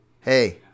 Hey